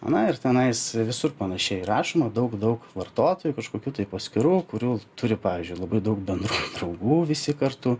na ir tenais visur panašiai rašoma daug daug vartotojų kažkokių tai paskyrų kurių turi pavyzdžiui labai daug bendrų draugų visi kartu